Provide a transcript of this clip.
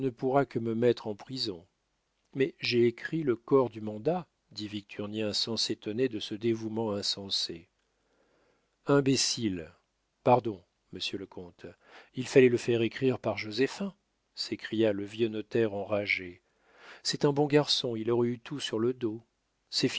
pourra que me mettre en prison mais j'ai écrit le corps du mandat dit victurnien sans s'étonner de ce dévouement insensé imbécile pardon monsieur le comte il fallait le faire écrire par joséphin s'écria le vieux notaire enragé c'est un bon garçon il aurait eu tout sur le dos